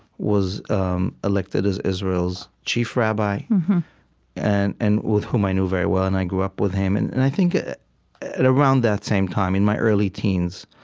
was elected as israel's chief rabbi and and whom i knew very well, and i grew up with him, and and i think, at around that same time in my early teens,